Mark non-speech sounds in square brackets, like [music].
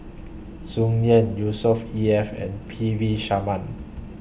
Tsung Yeh [unintelligible] E F and P V Sharma